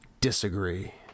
disagree